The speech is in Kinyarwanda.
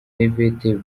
yvette